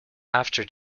after